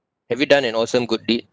have you done an awesome good deed